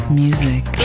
music